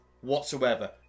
whatsoever